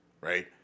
right